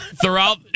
Throughout